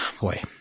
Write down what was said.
boy